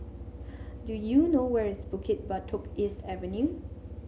do you know where is Bukit Batok East Avenue